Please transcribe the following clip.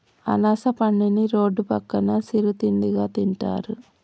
అనాస పండుని రోడ్డు పక్కన సిరు తిండిగా తింటారు